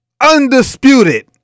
undisputed